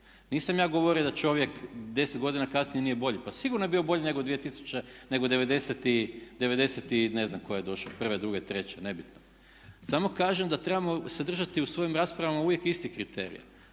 Nisam ja govorio da čovjek 10 godina kasnije nije bolji. Pa sigurno je bio bolji nego devedeset i ne znam koje je došao prve, druge, treće, nebitno. Samo kažem da trebamo se držati u svojim raspravama uvijek istih kriterija.